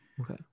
Okay